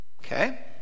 Okay